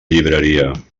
llibreria